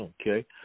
Okay